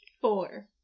four